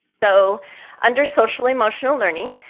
so under social-emotional learning,